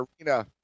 arena